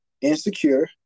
insecure